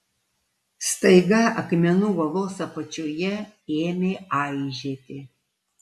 staiga akmenų uolos apačioje ėmė aižėti